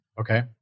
Okay